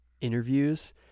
interviews